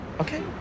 Okay